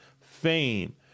fame